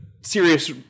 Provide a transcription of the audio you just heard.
serious